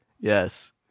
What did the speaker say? Yes